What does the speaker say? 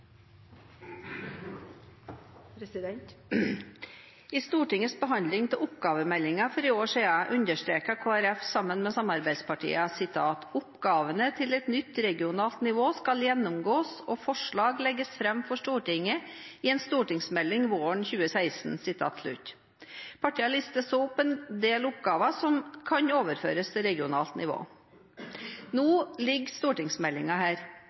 I Stortingets behandling av oppgavemeldingen for et år siden understreket Kristelig Folkeparti sammen med samarbeidspartiene: «Oppgavene til et nytt regionalt folkevalgt nivå skal gjennomgås og forslag legges frem for Stortinget i en stortingsmelding våren 2016.» Partiene lister så opp en del oppgaver som kan overføres til regionalt nivå. Nå ligger stortingsmeldingen her,